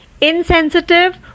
insensitive